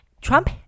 Trump